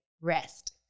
rest